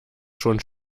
schon